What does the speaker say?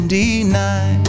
deny